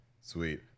Sweet